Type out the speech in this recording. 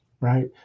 right